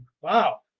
wow